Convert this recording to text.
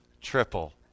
triple